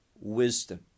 wisdom